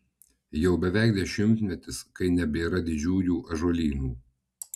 jau beveik dešimtmetis kai nebėra didžiųjų ąžuolynų